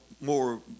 more